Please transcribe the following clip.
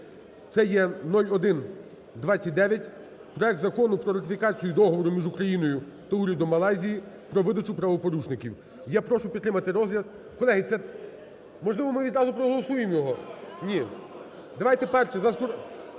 Це є 0129 проект Закону про ратифікацію Договору між Україною та Урядом Малайзії про видачу правопорушників. Я прошу підтримати розгляд. Колеги, це… Можливо, ми відразу проголосуємо його? Ні. Давайте перший… Скорочена